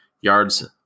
yards